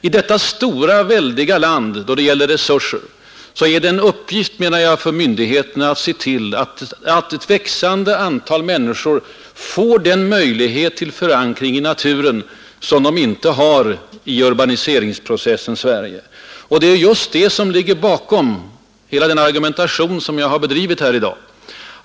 I detta stora, land borde det vara en uppgift för myndigheterna att se till att ett växande antal människor får den möjlighet till förankring i naturen som ett fritidshus ger dem och som de annars saknar i urbaniseringsprocessens Sverige. Det är just detta som ligger bakom den argumentation jag har bedrivit här i dag.